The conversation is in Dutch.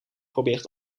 probeert